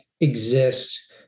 exists